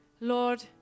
Lord